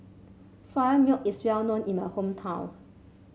Soya Milk is well known in my hometown